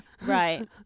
Right